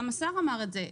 גם השר אמר את זה,